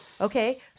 okay